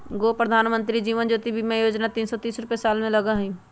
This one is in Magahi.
गो प्रधानमंत्री जीवन ज्योति बीमा योजना है तीन सौ तीस रुपए साल में लगहई?